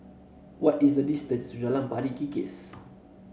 what is the distance to Jalan Pari Kikis